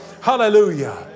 hallelujah